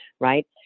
right